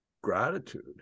gratitude